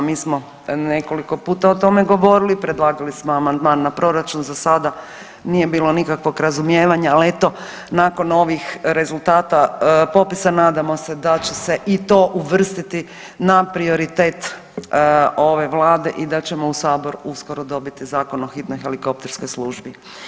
Mi smo nekoliko puta o tome govorili, predlagali smo amandman na proračun za sada nije bilo nikakvog razumijevanja, ali eto nakon ovih rezultata popisa nadamo se da će se i to uvrstiti na prioritet ove Vlade i da ćemo u sabor uskoro dobiti zakon o hitnoj helikopterskoj službi.